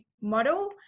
model